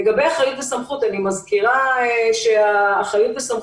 לגבי אחריות וסמכות אני מזכירה שהאחריות והסמכות,